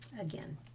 again